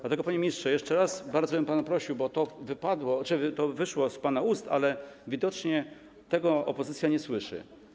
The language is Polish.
Dlatego, panie ministrze, jeszcze raz bardzo bym pana o to prosił, bo to wyszło z pana ust, ale widocznie tego opozycja nie słyszy.